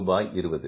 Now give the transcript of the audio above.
ரூபாய் 20